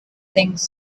things